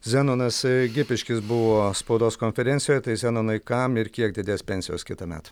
zenonas gipiškis buvo spaudos konferencijoje tai zenonai kam ir kiek didės pensijos kitąmet